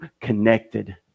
connected